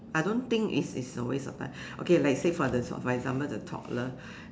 I don't think it's it's a waste of time okay like say for the for example the toddler